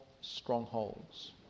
strongholds